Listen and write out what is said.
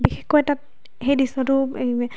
বিশেষকৈ তাত এই দৃশ্যটো